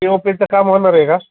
तेव्हा पुढचं काम होणार आहे का